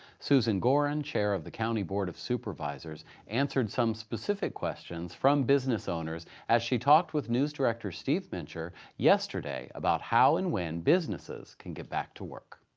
susan gorin, chair of the county board of supervisors, answered some specific questions from business owners. as she talked with news director steve mincher yesterday about how and when businesses can get back to work.